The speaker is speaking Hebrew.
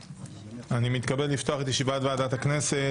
אני מתכבד לפתוח את ישיבת ועדת הכנסת.